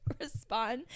respond